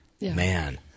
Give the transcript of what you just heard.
Man